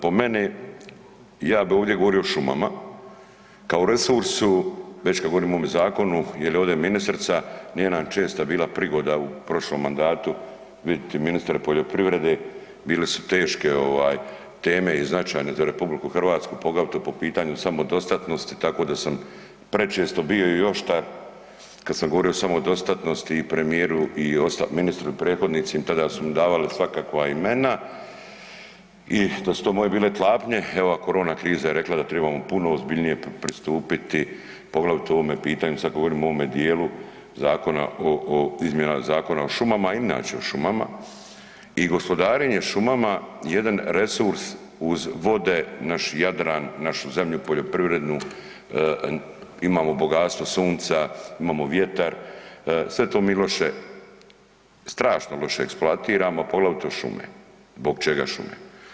Po meni, ja bi ovdje govorio o šumama kao resursu, već kad govorimo o ovome zakonu jer je ovdje ministrica, nije nam česta bila prigoda u prošlom mandatu vidjeti ministra poljoprivrede bile su teške ovaj teme i značajne za RH poglavito po pitanju samodostatnosti tako da sam prečesto bio i oštar kad sam govorio o samodostatnosti i premijeru i ministru i prethodnicim, tada su mi davali svakakva imena i da su to moje bile tlapnje, evo ova korona kriza je rekla da tribamo puno ozbiljnije pristupiti poglavito ovome pitanju sad govorimo o ovome dijelu zakona o, o izmjenama Zakona o šumama, a inače o šumama i gospodarenje o šumama jedan resurs uz vode naš Jadran, našu zemlju poljoprivrednu imamo bogatstvo sunca, imamo vjetar sve to mi loše, strašno loše eksploatiramo, poglavito šume, zbog čega šume.